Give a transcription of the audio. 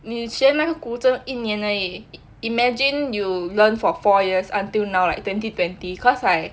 你学那个古筝一年而已 imagine you learn for four years until now like twenty twenty cause like